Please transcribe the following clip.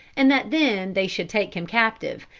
and that then they should take him captive,